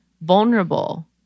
vulnerable